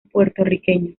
puertorriqueño